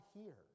hear